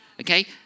Okay